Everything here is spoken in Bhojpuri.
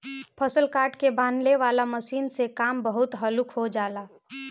फसल काट के बांनेह वाला मशीन से काम बहुत हल्लुक हो जाला